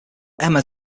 emma